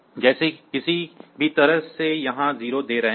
जैसे आप किसी भी तरह से यहां 0 दे रहे हैं